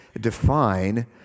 define